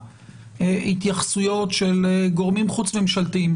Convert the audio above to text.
התייחסויות של גורמים חוץ ממשלתיים